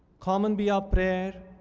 common be our prayer,